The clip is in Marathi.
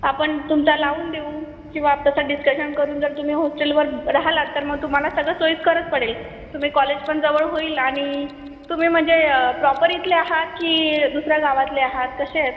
आपण तुमचा लावून देऊ किंवा तसं डिस्कशन करून जर तुम्ही होस्टेलवर राहिलात तर मग तुम्हाला सगळं सोईस्करच पडेल तुम्ही कॉलेज पण जवळ होईल आणि तुम्ही म्हणजे प्रॉपर इथल्या आहात की दुसऱ्या गावातले आहात कसे आहेत